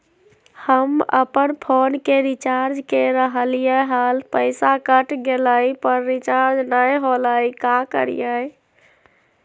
हम अपन फोन के रिचार्ज के रहलिय हल, पैसा कट गेलई, पर रिचार्ज नई होलई, का करियई?